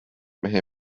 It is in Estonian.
mehe